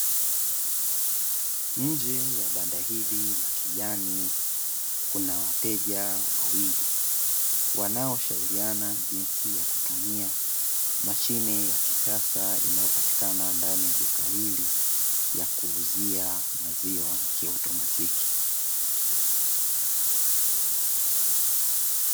Nje ya banda hili la kijani kuna wateja wawili, wanaoshauriana jinsi ya kutumia mashine ya kisasa, inayopatikana ndani ya duka hili ya kuuzia maziwa ya kiautomatiki.